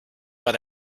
but